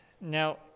Now